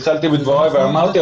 התחלתי עם דבריי ואמרתי,